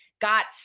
got